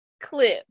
clip